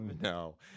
No